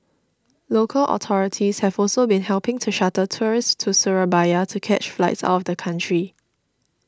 local authorities have also been helping to shuttle tourists to Surabaya to catch flights out of the country